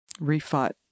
Refought